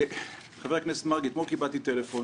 חבר הכנסת מרגי, אתמול קיבלתי טלפון